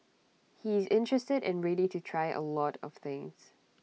he is interested and ready to try A lot of things